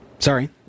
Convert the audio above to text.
Sorry